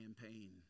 campaign